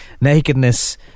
nakedness